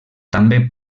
també